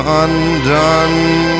undone